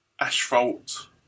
asphalt